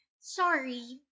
Sorry